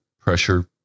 pressure